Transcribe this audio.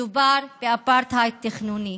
מדובר באפרטהייד תכנוני.